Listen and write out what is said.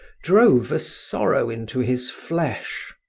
drove a sorrow into his flesh.